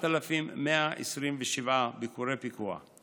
ל-9,127 ביקורי פיקוח,